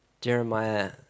Jeremiah